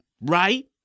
right